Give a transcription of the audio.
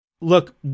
look